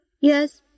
Yes